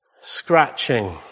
scratching